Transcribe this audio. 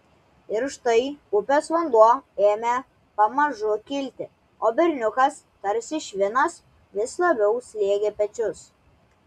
ir štai upės vanduo ėmė pamažu kilti o berniukas tarsi švinas vis labiau slėgė pečius